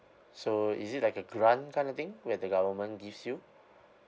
so is it like a grant kind of thing where the government gives you